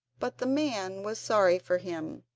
but the man was sorry for him,